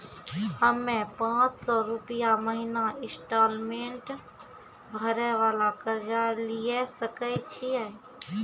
हम्मय पांच सौ रुपिया महीना इंस्टॉलमेंट भरे वाला कर्जा लिये सकय छियै?